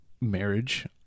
marriage